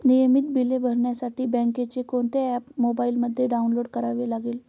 नियमित बिले भरण्यासाठी बँकेचे कोणते ऍप मोबाइलमध्ये डाऊनलोड करावे लागेल?